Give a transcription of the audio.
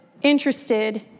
interested